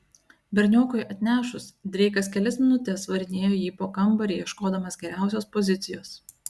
berniokui atnešus dreikas kelias minutes varinėjo jį po kambarį ieškodamas geriausios pozicijos